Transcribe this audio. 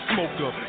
Smoker